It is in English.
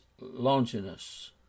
Longinus